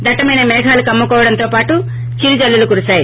దట్టమైన మేఘాలు కమ్ము కోవడంతో పాటు చిరు జల్లులు కురిసాయి